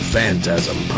Phantasm